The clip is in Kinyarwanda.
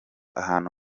ahantu